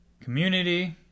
community